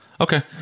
Okay